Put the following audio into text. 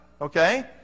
Okay